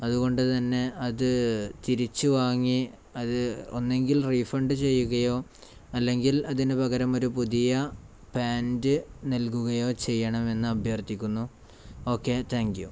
അതുകൊണ്ട് തന്നെ അത് തിരിച്ച് വാങ്ങി അത് ഒന്നുകിൽ റീഫണ്ട് ചെയ്യുകയോ അല്ലെങ്കിൽ അതിന് പകരം ഒരു പുതിയ പാൻറ് നൽകുകയോ ചെയ്യണമെന്ന് അഭ്യർത്ഥിക്കുന്നു ഓക്കെ താങ്ക് യൂ